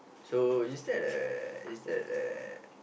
so is that uh is that uh